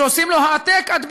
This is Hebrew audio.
שעושים לו העתק-הדבק,